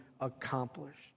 accomplished